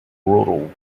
rural